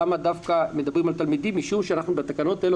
למה דווקא מדברים על תלמידים משום שבתקנות האלה אנחנו